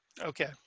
Okay